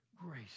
grace